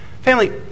Family